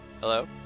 Hello